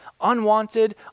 unwanted